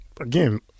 Again